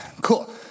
Cool